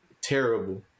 terrible